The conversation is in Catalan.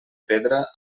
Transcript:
pedra